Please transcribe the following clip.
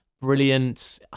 brilliant